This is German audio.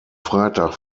freitag